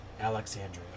Alexandria